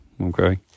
okay